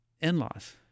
in-laws